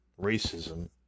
racism